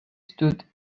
stood